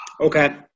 okay